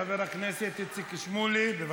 חבר הכנסת איציק שמולי, בבקשה.